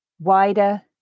Wider